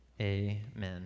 amen